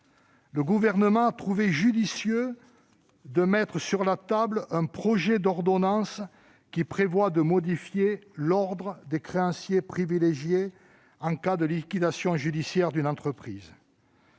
le Gouvernement a trouvé judicieux de mettre sur la table un projet d'ordonnance, qui prévoit de modifier l'ordre des créanciers privilégiés en cas de liquidation judiciaire d'une entreprise,